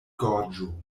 gorĝo